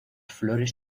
flores